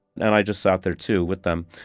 and i just sat there, too, with them.